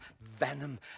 venom